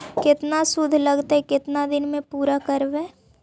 केतना शुद्ध लगतै केतना दिन में पुरा करबैय?